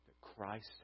Christ